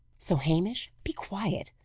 so hamish be quiet,